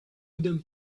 wooden